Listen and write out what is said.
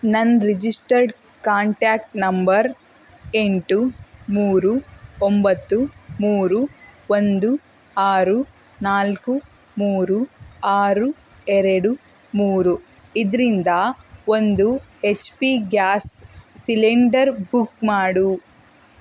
ನನ್ನ registered contact number ಎಂಟು ಮೂರು ಒಂಬತ್ತು ಮೂರು ಒಂದು ಆರು ನಾಲ್ಕು ಮೂರು ಆರು ಎರೆಡು ಮೂರು ಇದರಿಂದ ಒಂದು H P gas cylinder book ಮಾಡು